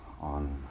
on